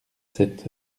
sept